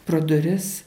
pro duris